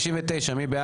הרביזיה הוסרה.